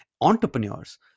entrepreneurs